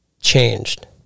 changed